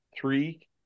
three